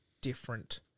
different